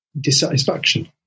dissatisfaction